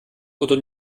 oder